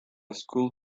school